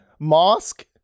Mosque